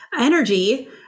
energy